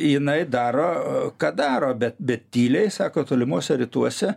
jinai daro ką daro bet bet tyliai sako tolimuose rytuose